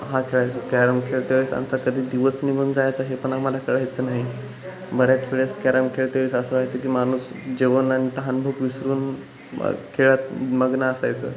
हा खेळायचो कॅरम खेळता वेळेस आमचा कधी दिवस निघून जायचा हे पण आम्हाला कळायचं नाही बऱ्याच वेळेस कॅरम खेळते वेळेस असं व्हायचं की माणूस जेवण आणि तहानभूक विसरून मग खेळात मग्न असायचं